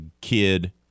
kid